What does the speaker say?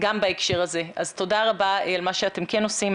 גם בהקשר הזה, אז תודה רבה על מה שאתם כן עושים.